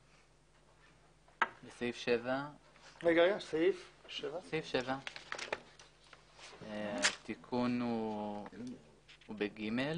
לסעיף 7. התיקון הוא ב-(ג).